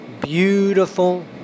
beautiful